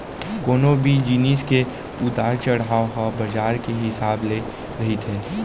कोनो भी जिनिस के उतार चड़हाव ह बजार के हिसाब ले रहिथे